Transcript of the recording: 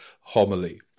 homily